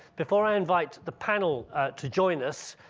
before i invite the panel to join us,